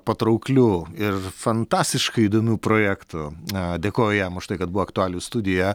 patrauklių ir fantastiškai įdomių projektų na dėkoju jam už tai kad buvo aktualijų studija